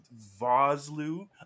Vosloo